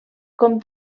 com